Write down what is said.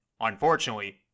Unfortunately